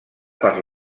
per